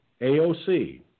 AOC